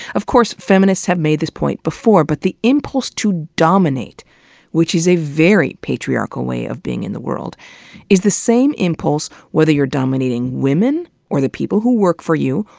of course, feminists have made this point before, that but the impulse to dominate which is a very patriarchal way of being in the world is the same impulse whether you're dominating women, or the people who work for you,